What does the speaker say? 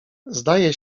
zdaje